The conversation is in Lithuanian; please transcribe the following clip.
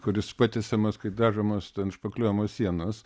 kuris patiesiamas kai dažomos ten špakliuojamos sienos